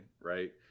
right